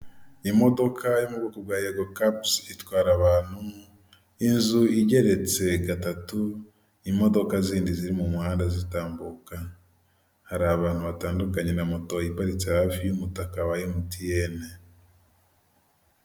Ahantu henshi hakorerwa ibintu bitandukanye bahora bashishikarizwa gukoresha iki gikoresho kifashishwa mu kuzimya umuriro iyo inkongi ihafashe iki gikoresho kiratabara ni byiza ko umuntu wese yakigira aho akorera.